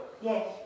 Yes